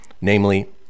namely